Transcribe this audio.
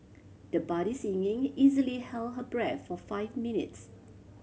the budding easily held her breath for five minutes